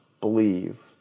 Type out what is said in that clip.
believe